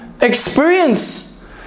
experience